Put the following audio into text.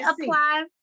apply